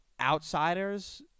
outsiders